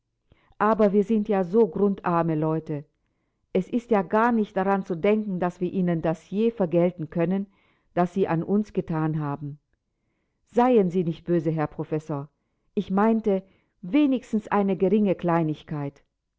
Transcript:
aber wir sind ja so grundarme leute es ist ja gar nicht daran zu denken daß wir ihnen das je vergelten können was sie an uns gethan haben seien sie nicht böse herr professor ich meinte wenigstens eine geringe kleinigkeit